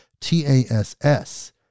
TASS